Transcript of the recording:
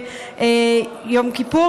ויום כיפור,